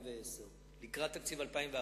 לקראת תקציב 2011